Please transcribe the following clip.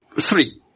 Three